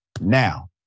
Now